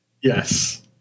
Yes